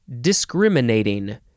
discriminating